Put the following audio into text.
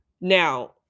Now